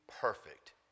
perfect